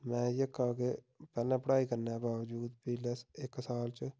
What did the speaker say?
में जेह्का कि पैह्ला पढ़ाई करने दे बाबजूद पिछले इक साल च